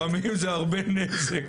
לפעמים זה הרבה נזק.